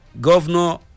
Governor